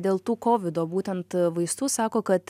dėl tų kovido būtent vaistų sako kad